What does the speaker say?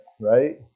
right